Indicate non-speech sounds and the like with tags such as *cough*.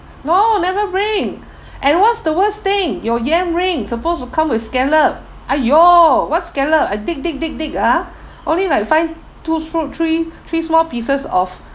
no never bring *breath* and what's the worst thing your yam ring supposed to come with scallop !aiyo! what's scallop I dig dig dig dig ah *breath* only like find two str~ three *breath* three small pieces of *breath*